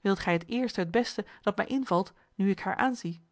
wilt gij het eerste het beste dat mij invalt nu ik haar aanzie